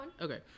okay